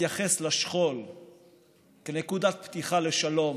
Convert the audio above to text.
להתייחס לשכול כאל נקודת פתיחה לשלום,